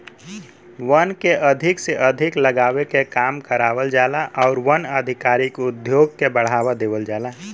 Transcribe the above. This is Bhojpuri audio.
वन के अधिक से अधिक लगावे के काम करावल जाला आउर वन आधारित उद्योग के बढ़ावा देवल जाला